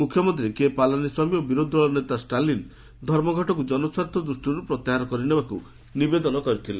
ମୁଖ୍ୟମନ୍ତ୍ରୀ କେ ପଲାନିସ୍ୱାମୀ ଓ ବିରୋଧୀଦଳ ନେତା ଷ୍ଟାଲିନ୍ ଧର୍ମଘଟକୁ ଜନସ୍ୱାର୍ଥ ଦୃଷ୍ଟିରୁ ପ୍ରତ୍ୟାହାର କରିନେବାକୁ ନିବେଦନ ମଧ୍ୟ କରିଥିଲେ